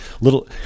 little